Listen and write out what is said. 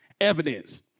Evidence